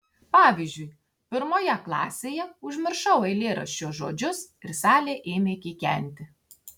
pavyzdžiui pirmoje klasėje užmiršau eilėraščio žodžius ir salė ėmė kikenti